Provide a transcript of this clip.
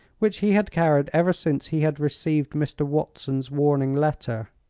which he had carried ever since he had received mr. watson's warning letter.